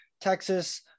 Texas